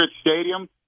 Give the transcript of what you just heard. Stadium